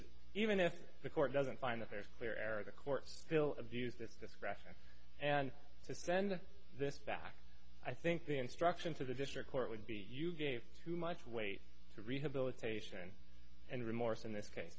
is even if the court doesn't find the very clear air of a court still abused its discretion and to send this back i think the instruction to the district court would be you gave too much weight to rehabilitation and remorse in this case